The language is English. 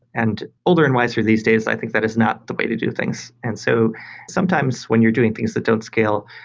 and older and wiser these days, i think that is not the way to do things. and so sometimes when you're doing things that don't scale,